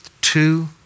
Two